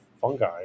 fungi